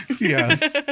Yes